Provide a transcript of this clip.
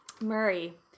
Murray